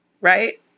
right